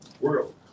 World